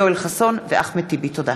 יואל חסון ואחמד טיבי בנושא: